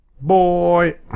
boy